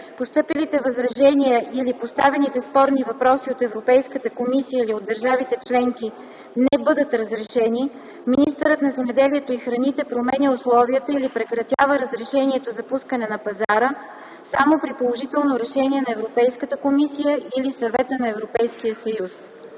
постъпилите възражения или поставените спорни въпроси от Европейската комисия или от държавите членки не бъдат разрешени, министърът на земеделието и храните променя условията или прекратява разрешението за пускане на пазара само при положително решение на Европейската комисия или Съвета на Европейския съюз.